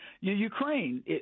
Ukraine